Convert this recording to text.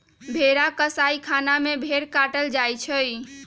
भेड़ा कसाइ खना में भेड़ काटल जाइ छइ